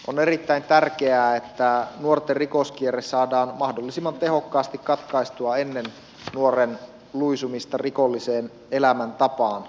on erittäin tärkeää että nuorten rikoskierre saadaan mahdollisimman tehokkaasti katkaistua ennen nuoren luisumista rikolliseen elämäntapaan